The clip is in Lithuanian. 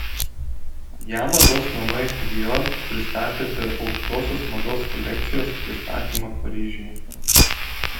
ją mados namai dior pristatė per aukštosios mados kolekcijos pristatymą paryžiuje